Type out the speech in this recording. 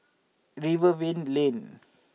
Rivervale Lane